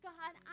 God